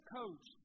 coach